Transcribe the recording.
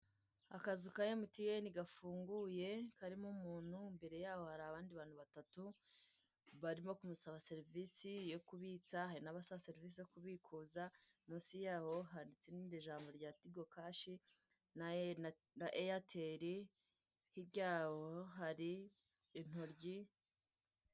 Akazu ka MTN gafunguye karimo umuntu imbere yaho hari abandi bantu batatu barimo kumusaba serivise yo kubitsa hari n'abasaba serivise yo kubikuza munsi yaho handitsemo irindi jambo ryo tigo cashi na eyeteli hirya yaho hari intoryi.